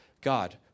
God